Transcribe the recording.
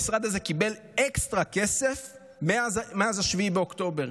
המשרד הזה קיבל אקסטרה כסף מאז 7 באוקטובר.